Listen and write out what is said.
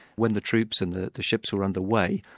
when the troops and the the ships were under way,